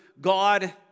God